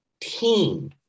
team